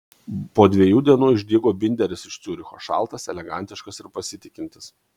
po dviejų dienų išdygo binderis iš ciuricho šaltas elegantiškas ir pasitikintis